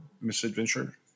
misadventure